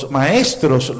maestros